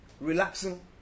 relaxing